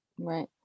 Right